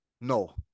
no